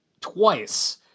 twice